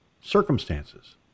circumstances